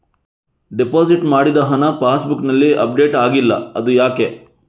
Deposit ಮಾಡಿದ ಹಣ ಪಾಸ್ ಬುಕ್ನಲ್ಲಿ ಅಪ್ಡೇಟ್ ಆಗಿಲ್ಲ ಅದು ಯಾಕೆ?